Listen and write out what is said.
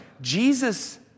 Jesus